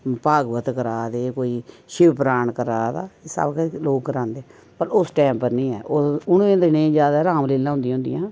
भागवत करा दे कोई शिव पुराण करा दा सब केश लोग करांदे पर उस टैम पर नीं ऐ उ'नें दिनें ज्यादा राम लीला होंदियां हुदियां हियां